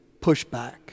pushback